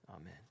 amen